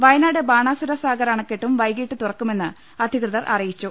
വയനാട് ബാണാസുര സാഗർ അണക്കെട്ടും വൈകീട്ട് തുറ ക്കുമെന്ന് അധികൃതർ അറിയിച്ചു